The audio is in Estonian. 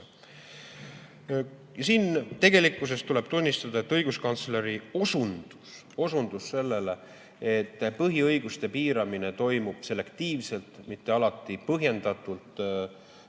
Tegelikkuses tuleb tunnistada, et õiguskantsleri osundus sellele, et põhiõiguste piiramine toimub selektiivselt, mitte alati põhjendatult, sisulises